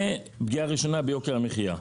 זה פגיעה ראשונה ביוקר המחיה.